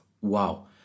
Wow